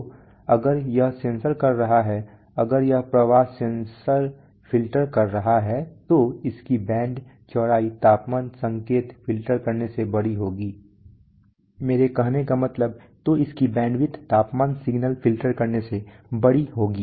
तो अगर यह सेंसर कर रहा है अगर यह प्रवाह सेंसर फ़िल्टर कर रहा है तो इसकी बैंडविड्थ तापमान सिग्नल फ़िल्टर करने से बड़ी होगी